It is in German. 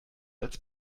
als